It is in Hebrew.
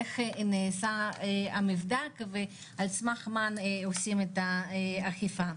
איך נעשה המבדק ועל סמך מה עושים את האכיפה.